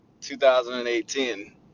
2018